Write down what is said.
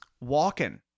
walking